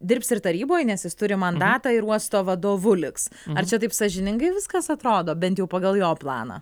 dirbs ir taryboj nes jis turi mandatą ir uosto vadovu liks ar čia taip sąžiningai viskas atrodo bent jau pagal jo planą